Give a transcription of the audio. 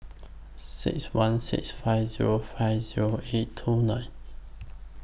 six one six five Zero five Zero eight two nine